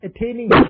attaining